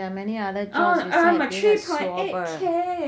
there are many jobs besides being a swabber